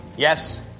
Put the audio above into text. Yes